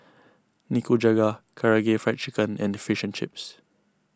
Nikujaga Karaage Fried Chicken and Fish and Chips